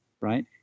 right